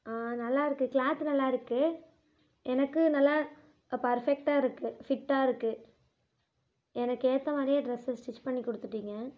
ஆ நல்லா இருக்குது க்ளாத்து நல்லா இருக்குது எனக்கு நல்லா பர்ஃபெக்டாக இருக்குது ஃபிட்டாக இருக்குது எனக்கு ஏற்ற மாதிரியே ட்ரெஸு ஸ்டிச் பண்ணி கொடுத்துட்டீங்க